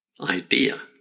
idea